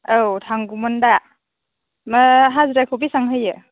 औ थांगौमोन दा हाजिराखौ बेसेबां होयो